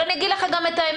אבל אגיד לך את האמת,